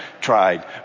tried